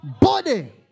body